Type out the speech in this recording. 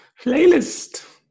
playlist